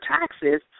taxes